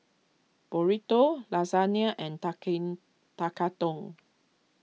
Burrito Lasagne and Tekkadon